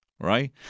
right